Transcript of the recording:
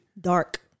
Dark